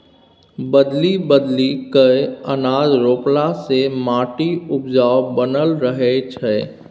बदलि बदलि कय अनाज रोपला से माटि उपजाऊ बनल रहै छै